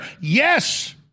yes